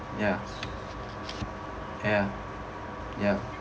ya ya yup